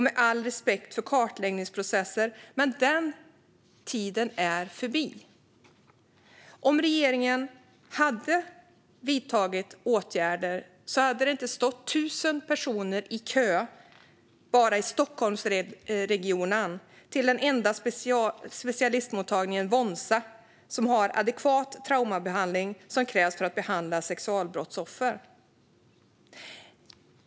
Med all respekt för kartläggningsprocesser - den tiden är förbi. Om regeringen hade vidtagit åtgärder hade det inte stått 1 000 personer i kö bara i Stockholmsregionen till Wonsa, den enda specialistmottagning som har den adekvata traumabehandling som krävs för att behandla sexualbrottsoffer.